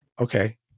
Okay